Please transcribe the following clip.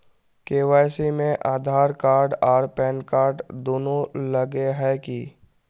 KYC में Aadhaar card आर PAN card दुनू लगे है की?